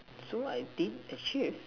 so I think achieve